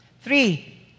Three